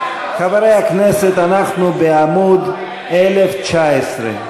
חברי הכנסת, אנחנו בעמוד 1019,